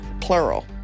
plural